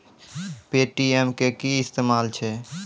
Paytm के कि इस्तेमाल छै?